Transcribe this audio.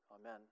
Amen